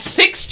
six